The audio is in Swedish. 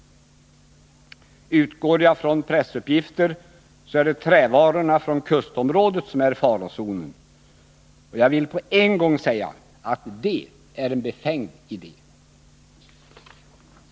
Utgår jag från pressuppgifter, så är det stödet till transporterna av trävaror från kustområdet som är i farozonen. Jag vill på en gång säga att det är en befängd idé.